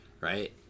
right